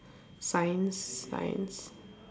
science science